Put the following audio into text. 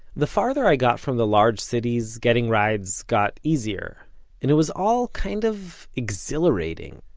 the farther i got from the large cities getting rides got easier, and it was all kind of exhilarating.